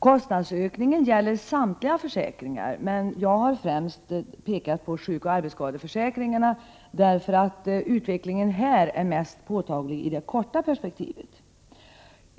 Kostnadsökningen gäller samtliga försäkringar. Jag har främst pekat på sjukoch arbetsskadeförsäkringarna, eftersom utvecklingen där är mest påtaglig i det korta perspektivet.